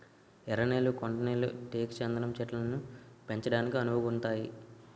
ఎర్ర నేళ్లు కొండ నేళ్లు టేకు చందనం చెట్లను పెంచడానికి అనువుగుంతాయి